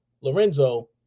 Lorenzo